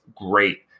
great